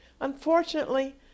Unfortunately